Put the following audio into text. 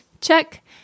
Check